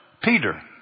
Peter